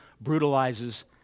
brutalizes